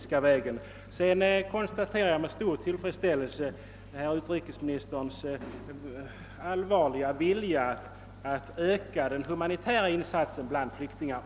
Sedan konstaterar jag med stor tillfredsställelse herr utrikesministerns allvarliga vilja att öka den humanitära insatsen bland flyktingarna.